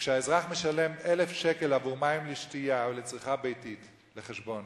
שכשהאזרח משלם 1,000 שקל עבור מים לשתייה או לצריכה ביתית לחשבון,